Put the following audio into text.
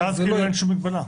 ואז זה עניין של המגבלה.